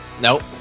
Nope